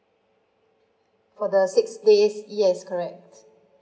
for the six days yes correct